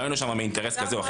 לא היינו שם מאינטרס כזה או אחר.